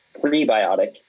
prebiotic